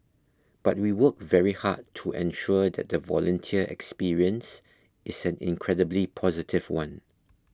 but we work very hard to ensure that the volunteer experience is an incredibly positive one